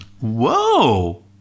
Whoa